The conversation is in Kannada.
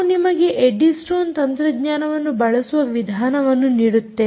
ನಾವು ನಿಮಗೆ ಎಡ್ಡಿ ಸ್ಟೋನ್ ತಂತ್ರಜ್ಞಾನವನ್ನು ಬಳಸುವ ವಿಧಾನವನ್ನು ನೀಡುತ್ತೇವೆ